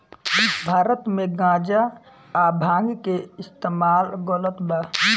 भारत मे गांजा आ भांग के इस्तमाल गलत बा